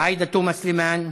עאידה תומא סלימאן,